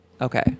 Okay